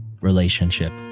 relationship